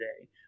today